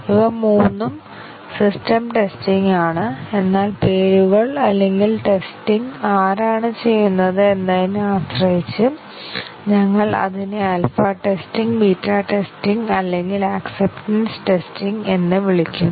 ഇവ മൂന്നും system testing ആണ് എന്നാൽ പേരുകൾ അല്ലെങ്കിൽ ടെസ്റ്റിംഗ് ആരാണ് ചെയ്യുന്നത് എന്നതിനെ ആശ്രയിച്ച് ഞങ്ങൾ അതിനെ ആൽഫ ടെസ്റ്റിംഗ് ബീറ്റ ടെസ്റ്റിംഗ് അല്ലെങ്കിൽ ആക്ക്സെപറ്റെൻസ് ടെസ്റ്റിംഗ് എന്ന് വിളിക്കുന്നു